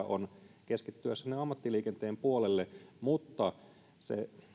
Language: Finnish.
on keskittyä ammattiliikenteen puolelle mutta